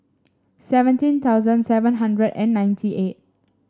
seventeen thousand seven hundred and ninety eight